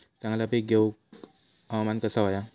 चांगला पीक येऊक हवामान कसा होया?